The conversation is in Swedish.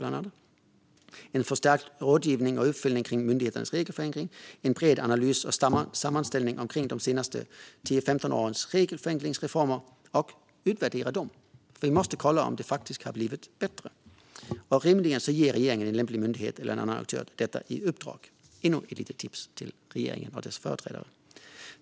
Det handlar om förstärkt rådgivning och uppföljning kring myndigheternas regelförenkling - en bred analys, sammanställning och utvärdering kring de senaste tio femton årens regelförenklingsreformer. Vi måste kolla om det faktiskt har blivit bättre. Rimligen ger regeringen lämplig myndighet eller annan aktör detta i uppdrag - ett litet tips till regeringen och dess företrädare.